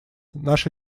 наша